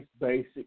basic